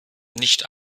nicht